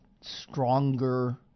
stronger